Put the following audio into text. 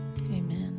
Amen